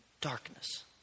Darkness